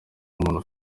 umuntu